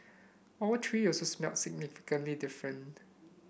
all three also smelled significantly different